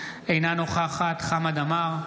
אינה נוכחת חמד עמאר,